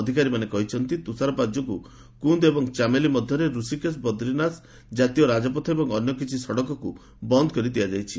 ଅଧିକାରୀମାନେ କହିଛନ୍ତି ତୁଷାରପାତ ଯୋଗୁଁ କୁନ୍ ଓ ଚାମେଲି ମଧ୍ୟରେ ରିଷିକେଶ୍ ବଦ୍ଦିନାଥ କାତୀୟ ରାଜପଥ ଏବଂ ଅନ୍ୟ କିଛି ସଡ଼କକ୍ ବନ୍ଦ କରିଦିଆଯାଇଛି